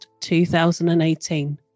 2018